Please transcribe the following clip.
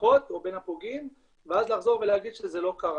המשפחות או בין הפוגעים ואז לחזור ולהגיד שזה לא קרה.